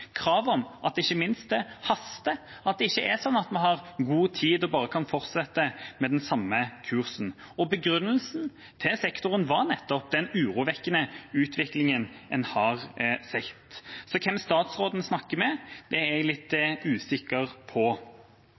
at det ikke minst haster – at det ikke er sånn at vi har god tid og bare kan fortsette med den samme kursen. Begrunnelsen til sektoren var nettopp den urovekkende utviklingen en har sett. Så hvem statsråden snakker med, er jeg litt usikker på. Det som jeg synes er rart når en nå skal se på